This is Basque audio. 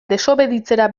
desobeditzera